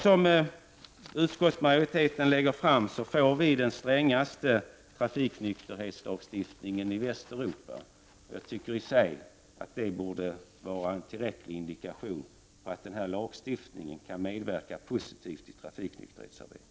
Med utskottsmajoritetens förslag får vi, om detta förverkligas, den strängaste trafiknykterhetslagstiftningen i Västeruropa. Det borde i sig vara en tillräcklig indikation på att lagstiftningen kan vara ett positivt bidrag i fråga om trafiknykterhetsarbetet.